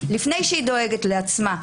לפני שהיא דואגת לעצמה.